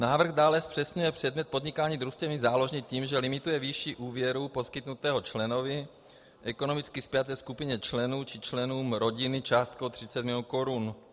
Návrh dále zpřesňuje předmět podnikání družstevní záložně tím, že navrhuje výši úvěru poskytnutého členovi, ekonomicky spjaté skupině členů či členům rodiny částkou 30 milionů korun.